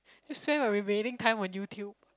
you spend my remaining time on YouTube